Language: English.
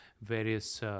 various